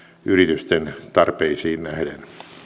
yritysten tarpeisiin nähden